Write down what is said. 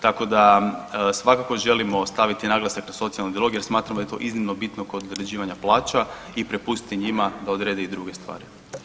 Tako da svakako želimo staviti naglasak na socijalni dijalog jer smatramo da je to izuzetno bitno kod određivanja plaća i prepustiti njima da odrede i druge stvari.